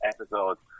episodes